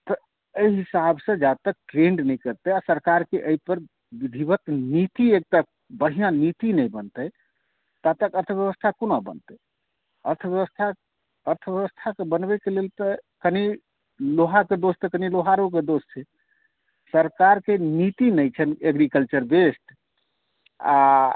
तऽ एहि हिसाबसँ जा तक ट्रेन नहि करतै आ सरकारकेँ एहिपर विधिवत नीति एकटा बढ़िआँ नीति नहि बनतै ता तक अर्थव्यवस्था कोना बढ़तै अर्थव्यवस्था अर्थव्यवस्थाकेँ बनबैकेँ लेल तऽ कनि लोहाके दोष तऽ कनी लोहारोके दोष छै सरकारके नीति नहि छनि एग्रीकल्चर बेस्ड आ